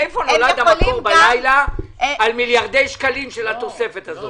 מאיפה נולד המקור בלילה של מיליארדי שקלים של התוספת הזאת?